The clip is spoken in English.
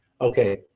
okay